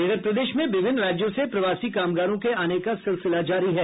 इधर प्रदेश में विभिन्न राज्यों से प्रवासी कामगारों के आने का सिलसिला जारी है